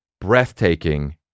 breathtaking